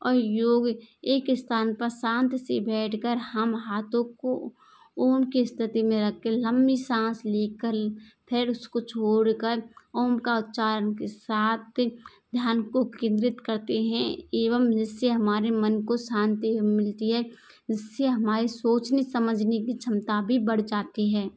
और योग एक स्थान पर शांत से बैठ कर हम हाथों को ओम की स्थिती में रख कर लम्बी साँस ले कर फिर उस को छोड़ कर ओम का उच्चारण के साथ ध्यान को केंद्रित करते हैं एवम जिस से हमारे मन को शांति मिलती है जिस से हमारे सोचने समझने की क्षमता भी बढ़ जाती है